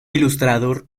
ilustrador